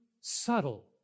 subtle